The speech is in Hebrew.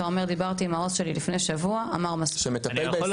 אתה אומר שדיברת עם העו״ס לפני שבוע והוא אמר שזה מספיק.